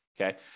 Okay